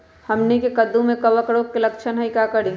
हमनी के कददु में कवक रोग के लक्षण हई का करी?